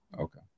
Okay